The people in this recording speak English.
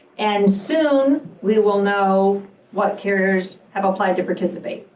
and soon, we will know what carriers have applied to participate.